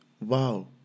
Wow